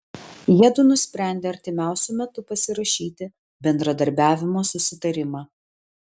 jiedu nusprendė artimiausiu metu pasirašyti bendradarbiavimo susitarimą